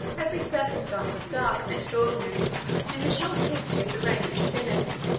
every circumstance is dark and extraordinary in the short history of the reign of jovinus.